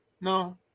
No